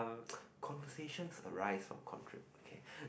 conversations arise from contra~ okay